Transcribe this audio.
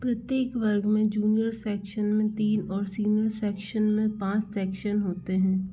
प्रत्येक वर्ग में जूनियर सेक्शन में तीन और सीनियर सेक्शन में पाँच सेक्शन होते हैं